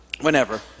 whenever